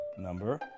number